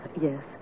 Yes